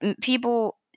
people